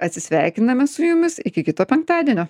atsisveikiname su jumis iki kito penktadienio